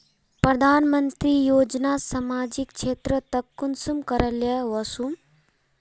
प्रधानमंत्री योजना सामाजिक क्षेत्र तक कुंसम करे ले वसुम?